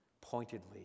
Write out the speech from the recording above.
pointedly